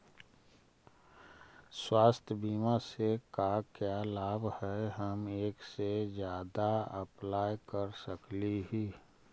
स्वास्थ्य बीमा से का क्या लाभ है हम एक से जादा अप्लाई कर सकली ही?